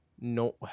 no